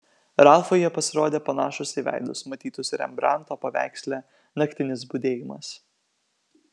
ralfui jie pasirodė panašūs į veidus matytus rembranto paveiksle naktinis budėjimas